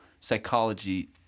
psychology